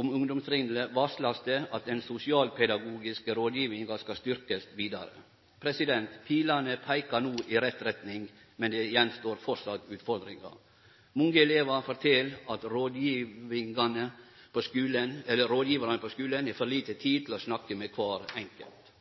om ungdomstrinnet vert det varsla at den sosialpedagogiske rådgjevinga skal styrkjast vidare. Pilane peikar no i rett retning, men det gjenstår framleis utfordringar. Mange elevar fortel at rådgjevarane på skulen har for lite tid til å snakke med kvar enkelt.